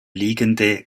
liegende